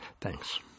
Thanks